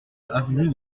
avenue